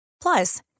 Plus